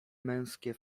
męskie